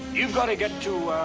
you've got to get to,